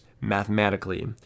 mathematically